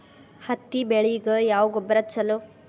ಹತ್ತಿ ಬೆಳಿಗ ಯಾವ ಗೊಬ್ಬರ ಛಲೋ?